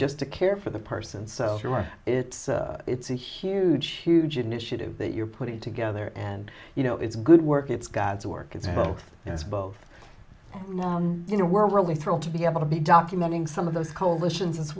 just to care for the person so it's it's a huge huge initiative that you're putting together and you know it's good work it's god's work it's both it's both you know we're really thrilled to be able to be documenting some of those coalitions as